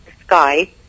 sky